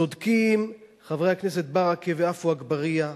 צודקים חברי הכנסת ברכה ועפו אגבאריה,